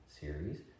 series